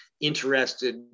interested